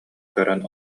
көрөн